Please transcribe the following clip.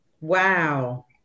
Wow